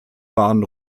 waren